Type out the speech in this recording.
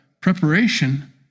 preparation